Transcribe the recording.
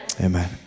Amen